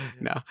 No